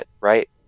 right